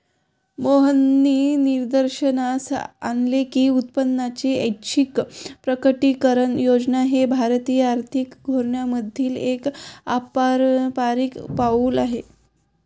मोहननी निदर्शनास आणले की उत्पन्नाची ऐच्छिक प्रकटीकरण योजना हे भारतीय आर्थिक धोरणांमधील एक अपारंपारिक पाऊल होते